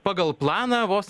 pagal planą vos